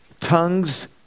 tongues